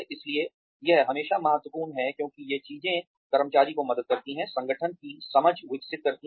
इसलिए यह हमेशा महत्वपूर्ण है क्योंकि ये चीजें कर्मचारी की मदद करती हैं संगठन की समझ विकसित करती हैं